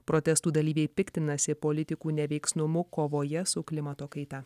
protestų dalyviai piktinasi politikų neveiksnumu kovoje su klimato kaita